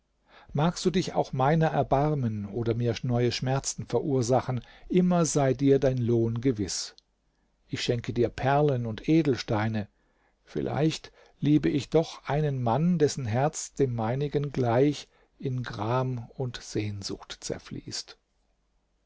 magst du dich auch meiner erbarmen oder mir neue schmerzen verursachen immer sei dir dein lohn gewiß ich schenke dir perlen und edelsteine vielleicht liebe ich doch einen mann dessen herz dem meinigen gleich in gram und sehnsucht zerfließt